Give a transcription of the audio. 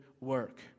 work